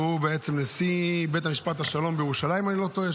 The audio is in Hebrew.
שהוא נשיא בית המשפט השלום בירושלים אם אני לא טועה,